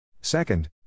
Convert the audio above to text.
Second